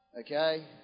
Okay